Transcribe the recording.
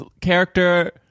character